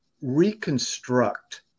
reconstruct